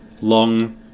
long